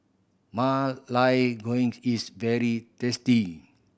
ma lai green is very tasty